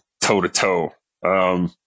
toe-to-toe